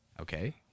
Okay